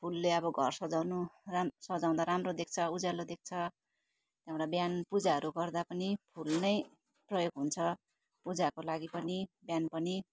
फुलले अब घर सजाउनु राम सजाउँदा राम्रो देख्छ उज्यालो देख्छ त्यहाँबाट बिहान पूजाहरू गर्दा पनि फुल नै प्रयोग हुन्छ पूजाहरूको लागि पनि बिहान पनि